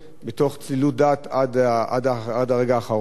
מתוך צלילות דעת עד הרגע האחרון,